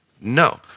no